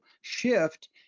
shift